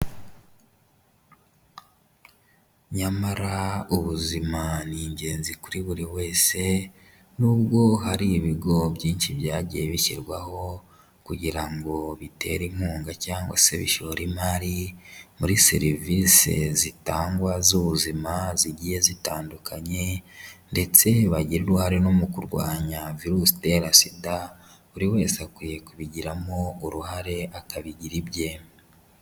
Nyamara ubuzima ni ingenzi kuri buri wese n'ubwo hari ibigo byinshi byagiye bishyirwaho kugira ngo bitere inkunga cyangwa se bishore imari muri serivisi zitangwa z'ubuzima zigiye zitandukanye ndetse bagire uruhare no mu kurwanya virusi itera SIDA, buri wese akwiye kubigiramo uruhare akabigira ibye.